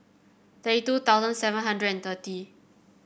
thirty two thousand seven hundred and thirty